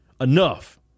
enough